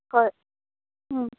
হয়